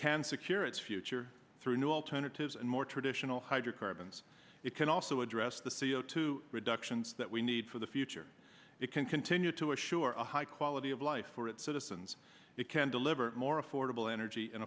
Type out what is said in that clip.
can secure its future through new alternatives and more traditional hydrocarbons it can also address the c o two reductions that we need for the future it can continue to assure a high quality of life for its citizens it can deliver more affordable energy an